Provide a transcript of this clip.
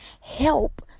help